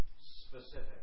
specific